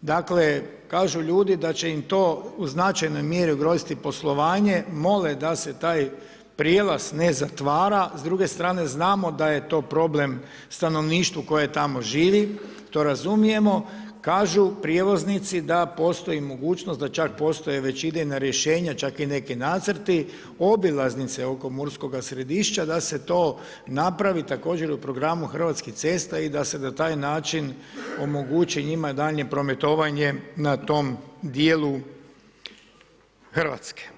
dakle, kažu ljudi da će im to u značajnoj mjeri ugroziti poslovanje, mole da se taj prijelaz ne zatvara, s druge strane znamo da je to problem stanovništvu koje tamo živiti, to razumijemo, kažu prijevoznici da postoji mogućnost, da čak postoje već idejno rješenje, čak i neki nacrti obilaznice oko Murskoga Središća, da se to napravi, također u programu Hrvatskih cesta i da se na taj način omogući njima daljnje prometovanje na tom dijelu Hrvatske.